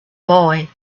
boy